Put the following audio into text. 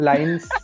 Lines